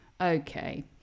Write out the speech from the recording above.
okay